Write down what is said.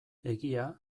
egia